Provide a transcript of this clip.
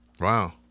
Wow